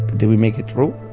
did we make it through?